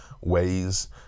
ways